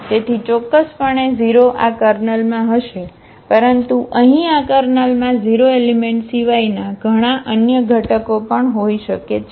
તેથી ચોક્કસપણે 0 આ કર્નલમાં હશે પરંતુ અહીં આ કર્નલમાં 0 એલિમેંટ સિવાયના ઘણા અન્ય ઘટકો પણ હોઈ શકે છે